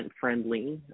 friendly